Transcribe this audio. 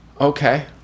Okay